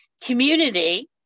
community